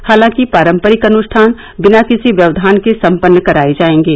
हालांकि पारम्परिक अनुष्ठान बिना किसी व्यव्धान के सम्पन्न कराए जाएंगे